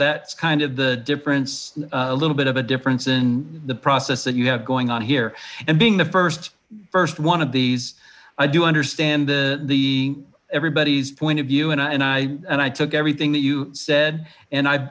that's kind the difference a little bit of a difference in the process that you have going on here and being the first first one of these i do understand the everybody's point of view and i and i took everything tht you said and i